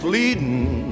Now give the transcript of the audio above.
leading